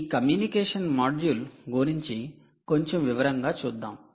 ఈ communication module గురించి కొంచెం వివరంగా చూద్దాం